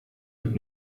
would